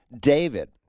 David